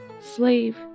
Slave